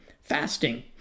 fasting